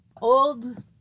old